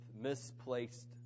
misplaced